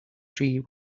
tree